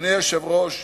אדוני היושב-ראש,